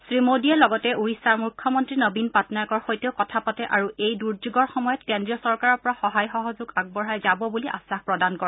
শ্ৰীমোদীয়ে লগতে ওডিশা মুখ্যমন্তী নবীন পাটনায়কৰ সৈতেও কথা পাতে আৰু এই দুৰ্যোগৰ সময়ত কেন্দ্ৰীয় চৰকাৰৰ পৰা সহায় সহযোগ আগবঢ়াই যাব বুলি আগ্বাস প্ৰদান কৰে